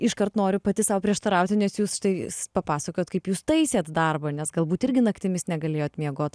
iškart noriu pati sau prieštarauti nes jūs štai papasakojot kaip jūs taisėt darbą nes galbūt irgi naktimis negalėjot miegot